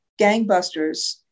gangbusters